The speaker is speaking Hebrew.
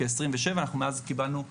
אנחנו מאז קיבלנו ו"אנימלס"